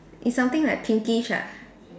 it's something like pinkish ah